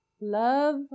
love